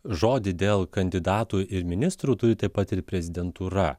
žodį dėl kandidatų ir ministrų turi taip pat ir prezidentūra